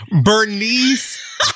Bernice